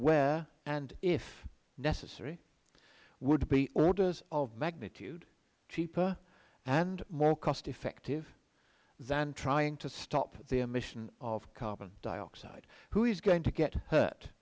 where and if necessary would be orders of magnitude cheaper and more cost effective than trying to stop the emission of carbon dioxide who is going to get